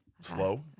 slow